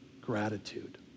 gratitude